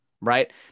right